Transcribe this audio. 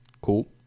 Cool